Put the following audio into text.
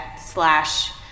slash